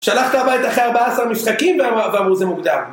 שלחת הביתה אחרי 14 משחקים ואמרו זה מוקדם